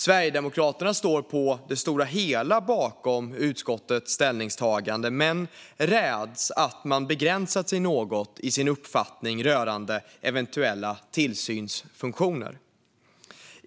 Sverigedemokraterna står på det stora hela bakom utskottets ställningstagande men räds att man begränsat sig något i sin uppfattning rörande eventuella tillsynsfunktioner.